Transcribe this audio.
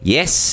Yes